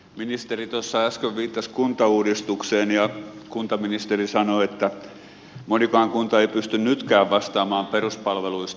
ministeri äsken viittasi kuntauudistukseen ja kuntaministeri sanoi että monikaan kunta ei pysty nytkään vastaamaan peruspalveluista